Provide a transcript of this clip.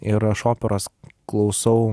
ir aš operos klausau